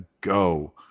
go